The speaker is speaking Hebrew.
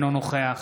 נוכח